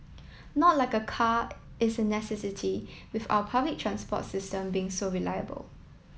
not like a car is a necessity with our public transport system being so reliable